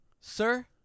sir